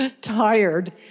tired